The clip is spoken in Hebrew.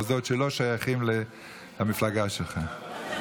במוסדות שלא שייכים למפלגה שלך.